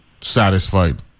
satisfied